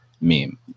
meme